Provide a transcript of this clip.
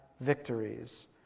victories